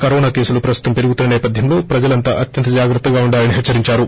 corona కేసులు ప్రస్తుతం పెరుగుతున్న నేపధ్యంలో ప్రజలంతా అత్యంత జాగ్రత్తగా ఉండాలని హెచ్చరించారు